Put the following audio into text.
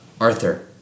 Arthur